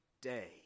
day